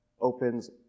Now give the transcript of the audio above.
opens